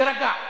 תירגע.